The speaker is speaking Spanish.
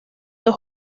dos